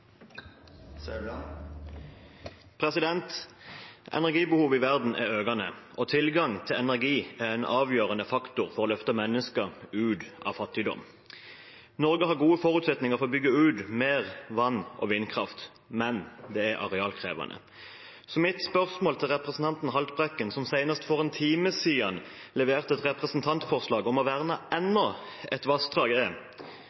framover. Energibehovet i verden er økende, og tilgangen til energi er en avgjørende faktor for å løfte mennesker ut av fattigdom. Norge har gode forutsetninger for å bygge ut mer vann- og vindkraft, men det er arealkrevende. Mitt spørsmål til representanten Haltbrekken, som senest for en time siden leverte et representantforslag om å verne enda et vassdrag, er: